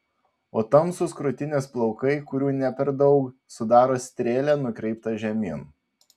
o tamsūs krūtinės plaukai kurių ne per daug sudaro strėlę nukreiptą žemyn